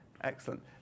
Excellent